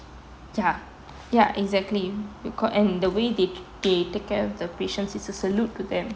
ya ya exactly we called and the way they they take care of the patient is a salute to them